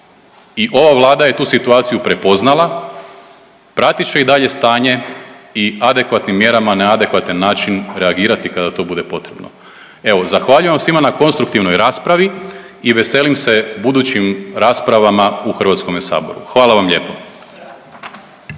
I ova Vlada je tu situaciju prepoznala. Pratit će i dalje stanje i adekvatnim mjerama na adekvatan način reagirati kada to bude potrebno. Evo zahvaljujem vam svima na konstruktivnoj raspravi i veselim se budućim raspravama u Hrvatskome saboru. Hvala vam lijepo.